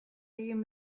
egin